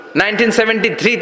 1973